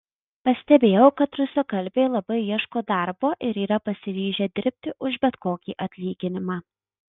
pastebėjau kad rusakalbiai labai ieško darbo ir yra pasiryžę dirbti už bet kokį atlyginimą